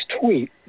tweet